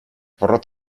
porrot